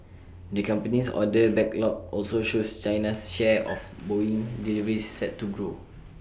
the company's order backlog also shows China's share of boeing deliveries set to grow